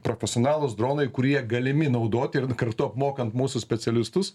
profesionalūs dronai kurie galimi naudoti ir kartu apmokant mūsų specialistus